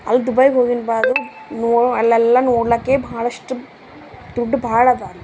ಅಲ್ಲಿ ದುಬೈ ಹೋಗಿದ್ ಬಾದು ನೋ ಅಲ್ಲೆಲ್ಲ ನೋಡ್ಲಿಕ್ಕೆ ಭಾಳಷ್ಟು ದುಡ್ಡು ಭಾಳ ಅದ ಅಲ್ಲೆ